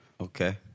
Okay